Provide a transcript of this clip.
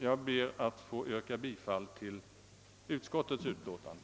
Jag ber att få yrka bifall till utskottets hemställan.